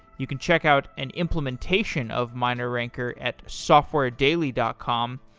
you can check out and implementation of mineranker at softwaredaily dot com.